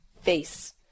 face